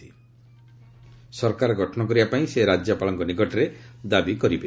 ସରକାର ଗଠନ କରିବାପାଇଁ ସେ ରାଜ୍ୟପାଳଙ୍କ ନିକଟରେ ଦାବି କରିବେ